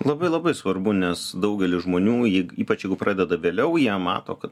labai labai svarbu nes daugelis žmonių ypač jeigu pradeda vėliau jie mato kad